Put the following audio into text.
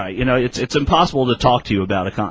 ah you know it's it's impossible to talk to you about it um